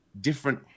different